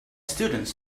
students